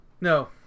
no